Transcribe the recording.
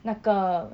那个